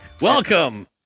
Welcome